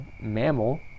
mammal